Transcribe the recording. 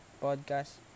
podcast